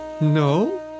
No